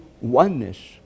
oneness